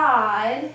God